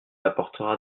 apportera